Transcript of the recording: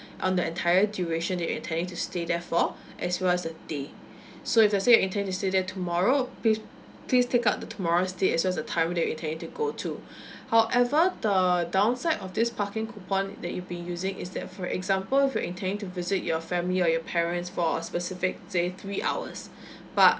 on the entire duration that you are intending to stay therefore as well as a day so if you're still intending to stay there tomorrow please please take out the tomorrow stay as well as the timing that you're intending to go to however the downside of this parking coupon that you'd be using is that for example in you are intending to visit your family or your parents for a specific say three hours but